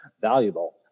valuable